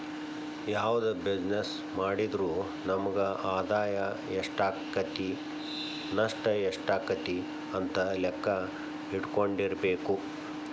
ಯಾವ್ದ ಬಿಜಿನೆಸ್ಸ್ ಮಾಡಿದ್ರು ನಮಗ ಆದಾಯಾ ಎಷ್ಟಾಕ್ಕತಿ ನಷ್ಟ ಯೆಷ್ಟಾಕ್ಕತಿ ಅಂತ್ ಲೆಕ್ಕಾ ಇಟ್ಕೊಂಡಿರ್ಬೆಕು